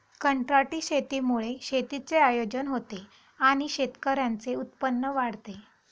कंत्राटी शेतीमुळे शेतीचे आयोजन होते आणि शेतकऱ्यांचे उत्पन्न वाढते